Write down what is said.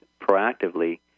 proactively